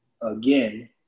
again